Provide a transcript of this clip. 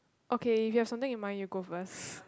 okay if you have something in mind you go first